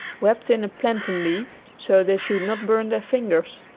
wrapped in a plantain leaf, so they should not burn their fingers.